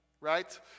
right